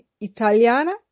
Italiana